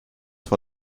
vor